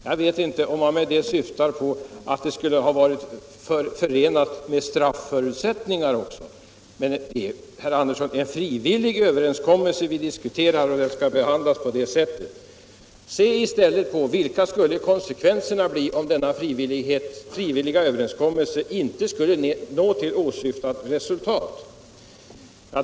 Jag vet inte om man avser att det i överenskommelsen skulle ha funnits med strafförutsättningar. Men, herr Andersson, det är en frivillig överenskommelse vi diskuterar och den skall behandlas som en sådan. Se i stället på vilka konsekvenserna skulle bli om den inte når åsyftat resultat!